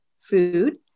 food